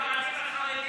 בין הספרדים לחרדים,